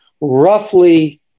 roughly